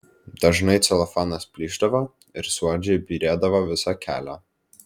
dažnai celofanas plyšdavo ir suodžiai byrėdavo visą kelią